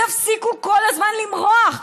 תפסיקו כל הזמן למרוח.